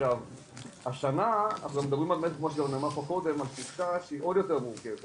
עכשיו השנה כמו שנאמר פה קודם על תקופה שהיא עוד יותר מורכבת